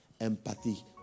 empathy